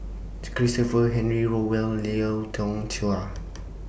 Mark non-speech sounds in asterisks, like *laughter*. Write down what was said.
Christopher Henry Rothwell Lau Teng Chuan *noise*